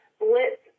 blitz